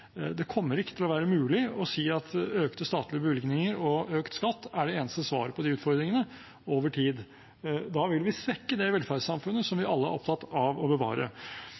Det kommer ikke til å være mulig å si at økte statlige bevilgninger og økt skatt er det eneste svaret på de utfordringene over tid. Da vil vi svekke det velferdssamfunnet som vi alle er opptatt av å bevare.